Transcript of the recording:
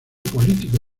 político